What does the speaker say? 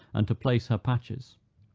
and to place her patches.